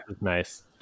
nice